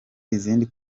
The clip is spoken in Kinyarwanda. izindi